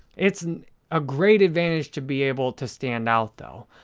it's a great advantage to be able to stand out, though.